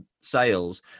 sales